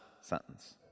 sentence